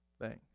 thanks